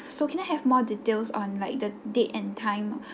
so can I have more details on like the date and time